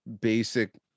basic